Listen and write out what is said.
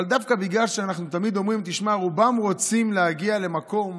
אבל דווקא בגלל שאנחנו אומרים שכולם רוצים להגיע למקום